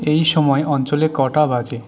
এই সময় অঞ্চলে কটা বাজে